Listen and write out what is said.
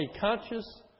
conscious